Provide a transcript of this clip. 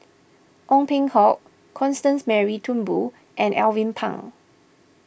Ong Peng Hock Constance Mary Turnbull and Alvin Pang